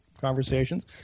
conversations